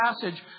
passage